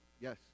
yes